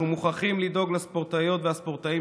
אנחנו מוכרחים לדאוג לספורטאיות ולספורטאים